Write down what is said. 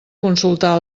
consultar